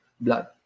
blood